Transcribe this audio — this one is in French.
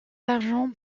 argent